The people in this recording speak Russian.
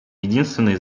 единственный